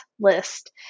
list